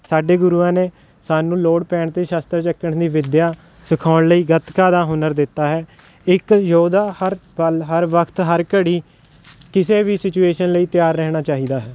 ਸਾਡੇ ਗੁਰੂਆਂ ਨੇ ਸਾਨੂੰ ਲੋੜ ਪੈਣ 'ਤੇ ਸ਼ਸਤਰ ਚੁੱਕਣ ਦੀ ਵਿੱਦਿਆ ਸਿਖਾਉਣ ਲਈ ਗੱਤਕਾ ਦਾ ਹੁਨਰ ਦਿੱਤਾ ਹੈ ਇੱਕ ਯੋਧਾ ਹਰ ਪਲ ਹਰ ਵਕਤ ਹਰ ਘੜੀ ਕਿਸੇ ਵੀ ਸਿਚੁਏਸ਼ਨ ਲਈ ਤਿਆਰ ਰਹਿਣਾ ਚਾਹੀਦਾ ਹੈ